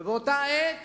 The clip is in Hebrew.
ובאותה עת